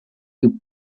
you